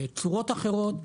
בצורות אחרות,